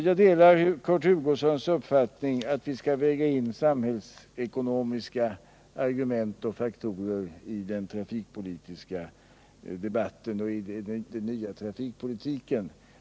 Jag delar Kurt Hugossons uppfattning att vi skall väga in samhällsekonomiska faktorer vid den trafikpolitiska bedömningen.